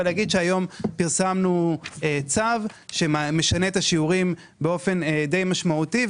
אבל נגיד שהיום פרסמנו צו שמשנה את השיעורים באופן די משמעותי,